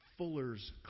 Fuller's